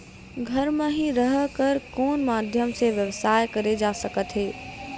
घर म हि रह कर कोन माध्यम से व्यवसाय करे जा सकत हे?